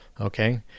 Okay